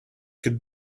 could